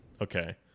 okay